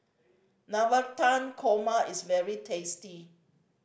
Navratan Korma is very tasty